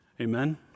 amen